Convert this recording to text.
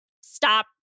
Stop